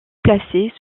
placée